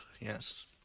yes